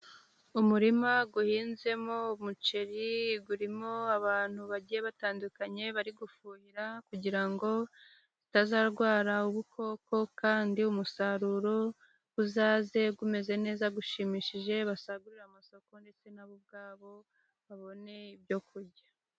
Umurima uhinzemo umuceri urimo abantu bagiye batandukanye bari gufuhira, kugira ngo utazarwara ubukoko kandi umusaruro uzaze umeze neza ushimishije , basagurire amasoko ndetse na bo ubwabo babone ibyo kurya.